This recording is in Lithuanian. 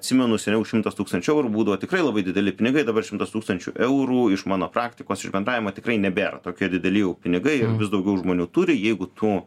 atsimenu seniau šimtas tūkstančių eurų būdavo tikrai labai dideli pinigai dabar šimtas tūkstančių eurų iš mano praktikos iš bendravimo tikrai nebėra tokie dideli jau pinigai ir vis daugiau žmonių turi jeigu tu